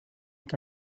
que